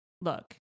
Look